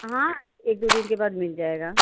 हाँ एक दो दिन के बाद मिल जाएगा